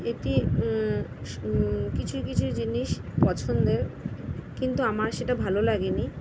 এটি কিছু কিছু জিনিস পছন্দের কিন্তু আমার সেটা ভালো লাগে নি